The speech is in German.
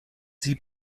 sie